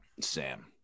sam